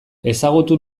ezagutu